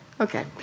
Okay